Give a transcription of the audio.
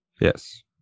Yes